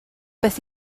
beth